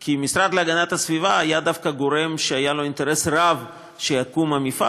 כי המשרד להגנת הסביבה היה דווקא גורם שהיה לו אינטרס רב שיקום המפעל,